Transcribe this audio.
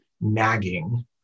nagging